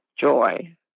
joy